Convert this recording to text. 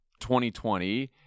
2020